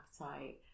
appetite